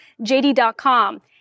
JD.com